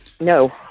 No